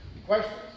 Questions